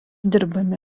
dirbami